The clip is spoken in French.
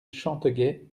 chanteguet